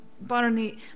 Barney